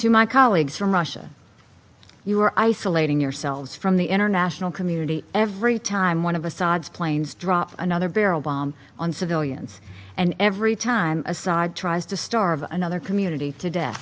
to my colleagues from russia you are isolating yourselves from the international community every time one of assad's planes drop another barrel bomb on civilians and every time assad tries to starve another community t